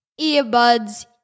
earbuds